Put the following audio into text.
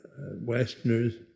Westerners